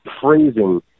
phrasing